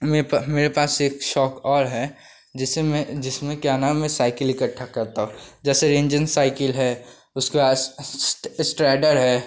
मेरे पाह मेरे पास एक शौक़ और है जैसे मैं जिसमें क्या नाम है साइकिल इकट्ठा करता हूँ जैसे रेन्जन साइकिल है उसके बाद इस्ट्राइडर है